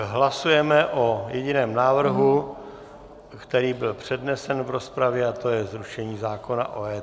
Hlasujeme o jediném návrhu, který byl přednesen v rozpravě, a to je zrušení zákona o EET.